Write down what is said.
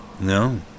No